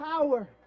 power